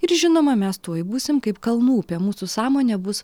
ir žinoma mes tuoj būsim kaip kalnų upė mūsų sąmonė bus